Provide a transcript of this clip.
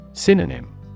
Synonym